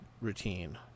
routine